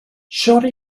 shawty